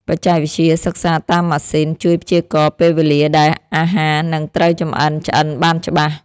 បច្ចេកវិទ្យាសិក្សាតាមម៉ាស៊ីន ជួយព្យាករណ៍ពេលវេលាដែលអាហារនឹងត្រូវចម្អិនឆ្អិនបានច្បាស់។